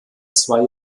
zwei